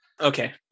Okay